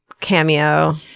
cameo